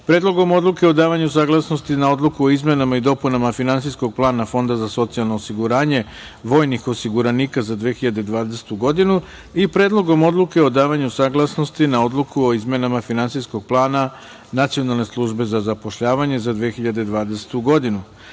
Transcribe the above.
Predlogom odluke o davanju saglasnosti na Odluku o izmenama i dopunama Finansijskog plana Fonda za socijalno osiguranje vojnih osiguranika za 2020. godinu i Predlogom odluke o davanju saglasnosti na Odluku o izmenama Finansijskog plana Nacionalne službe za zapošljavanje za 2020. godinu,